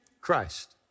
Christ